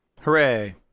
hooray